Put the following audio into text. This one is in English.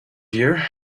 here